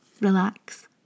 relax